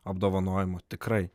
apdovanojimo tikrai